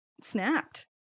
snapped